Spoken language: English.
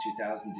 2000